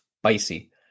spicy